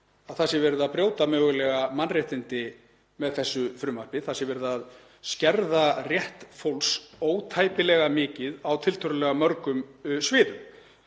sé verið að brjóta mannréttindi með þessu frumvarpi, það sé verið að skerða rétt fólks ótæpilega mikið á tiltölulega mörgum sviðum.